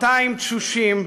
200 תשושים,